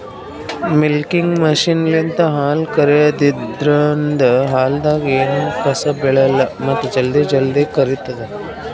milking ಮಷಿನ್ಲಿಂತ್ ಹಾಲ್ ಕರ್ಯಾದ್ರಿನ್ದ ಹಾಲ್ದಾಗ್ ಎನೂ ಕಸ ಬಿಳಲ್ಲ್ ಮತ್ತ್ ಜಲ್ದಿ ಜಲ್ದಿ ಕರಿತದ್